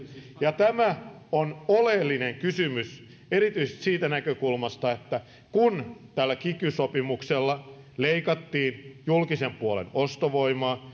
tämä on oleellinen kysymys erityisesti siitä näkökulmasta kun tällä kiky sopimuksella leikattiin julkisen puolen ostovoimaa